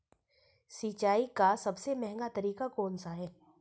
सिंचाई का सबसे महंगा तरीका कौन सा है?